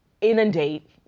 inundate